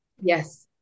Yes